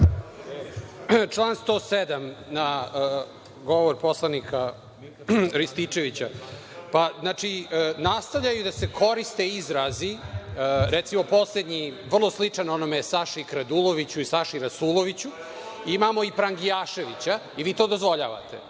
Član 107. na govor poslanika Rističevića. Nastavlja se da se koriste izrazi, recimo, poslednji, vrlo sličan onome Saši kraduloviću i Saši rasuloviću, imamo i prangijaševića i vi to dozvoljavate.